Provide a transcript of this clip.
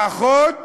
האחות